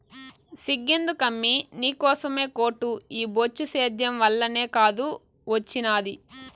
సిగ్గెందుకమ్మీ నీకోసమే కోటు ఈ బొచ్చు సేద్యం వల్లనే కాదూ ఒచ్చినాది